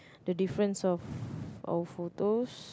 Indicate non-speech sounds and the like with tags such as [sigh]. the difference of [breath] our photos